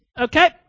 Okay